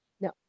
No